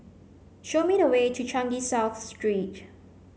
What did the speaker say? show me the way to Changi South Street